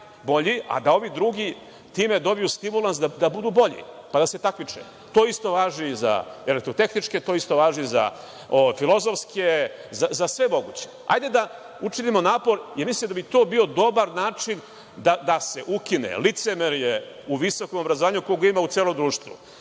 najbolji, a da ovi drugi time dobiju stimulans da budu bolji, pa da se takmiče. To isto važi i za elektrotehničke, to isto važi za filozofske, za sve moguće. Hajde da učinimo napor i mislim da bi to bio dobar način da se ukine licemerje u visokom obrazovanju, koga ima u celom društvu,